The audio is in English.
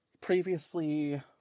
Previously